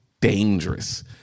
dangerous